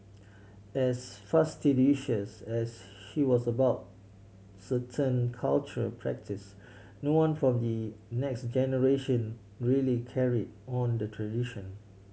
as fastidious as she was about certain cultural practices no one from the next generation really carried on the tradition